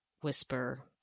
whisper